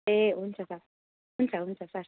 ए हुन्छ सर हुन्छ हुन्छ सर